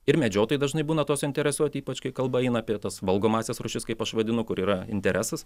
ir medžiotojai dažnai būna tuo suinteresuoti ypač kai kalba eina apie tas valgomąsias rūšis kaip aš vadinu kur yra interesas